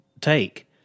take